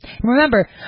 Remember